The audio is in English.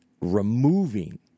removing